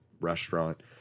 restaurant